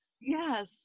Yes